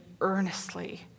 earnestly